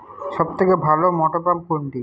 সবথেকে ভালো মটরপাম্প কোনটি?